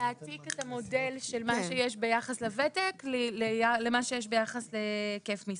בעצם להעתיק את המודל של מה שיש ביחס לוותק למה שיש ביחס להיקף משרה.